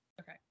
Okay